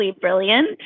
brilliant